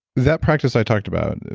that practice i talked about,